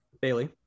Bailey